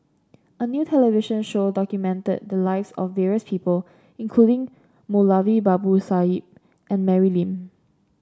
a new television show documented the lives of various people including Moulavi Babu and Mary Lim